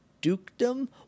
dukedom